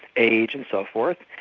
age and so forth.